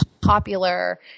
popular